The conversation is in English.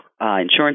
insurance